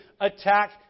attack